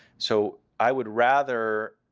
so i would rather